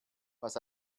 was